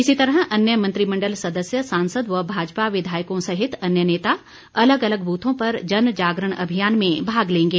इसी तरह अन्य मंत्रिमण्डल सदस्य सांसद व भाजपा विधायकों सहित अन्य नेता अलग अलग बूथों पर जन जागरण अभियान में भाग लेंगे